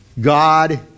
God